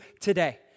today